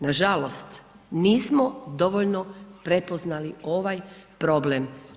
Nažalost nismo dovoljno prepoznali ovaj problem.